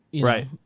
Right